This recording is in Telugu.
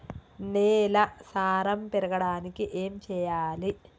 నేల సారం పెరగడానికి ఏం చేయాలి?